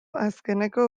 azkeneko